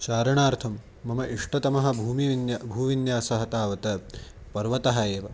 चारणार्थं मम इष्टतमः भूमिविन्य भूविन्यासः तावत् पर्वतः एव